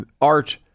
art